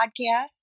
podcast